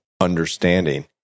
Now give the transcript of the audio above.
understanding